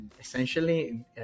essentially